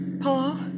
Paul